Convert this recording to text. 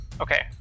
Okay